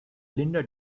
linda